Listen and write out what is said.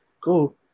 cool